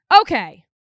Okay